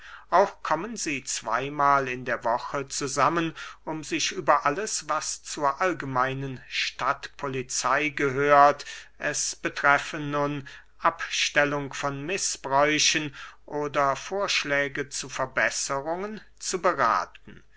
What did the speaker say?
auch kommen sie zweymahl in der woche zusammen um sich über alles was zur allgemeinen stadtpolizey gehört es betreffe nun abstellung von mißbräuchen oder vorschläge zu verbesserungen zu berathen